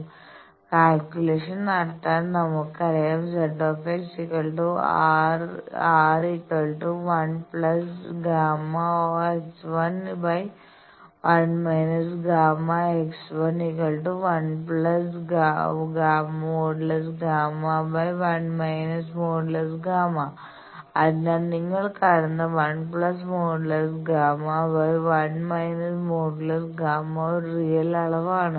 ആ കാൽക്കുലേഷൻ നടത്താൻ നമ്മൾക്കറിയാം Z R 1 Γ 1−Γ 1∣Γ∣1−∣Γ∣ അതിനാൽ നിങ്ങൾ കാണുന്നു 1∣Γ∣ 1−∣Γ∣ ഒരു റിയൽ അളവാണ്